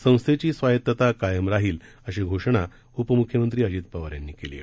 संस्थेची स्वायत्तता कायम राहील अशी घोषणा उपमुख्यमंत्री अजित पवार यांनी केली आहे